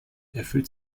erfüllt